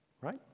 right